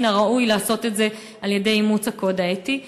מן הראוי לעשות את זה על-ידי אימוץ הקוד האתי.